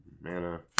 Mana